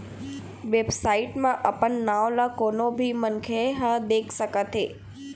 website म अपन नांव ल कोनो भी मनखे ह देख सकत हे